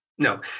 No